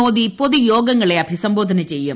മോദി പൊതു യോഗങ്ങളെ അഭിസംബോധന ചെയ്യും